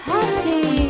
Happy